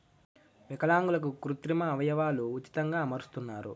విలాంగులకు కృత్రిమ అవయవాలు ఉచితంగా అమరుస్తున్నారు